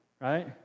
right